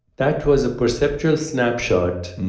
that was a perceptual snapshot.